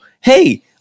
Hey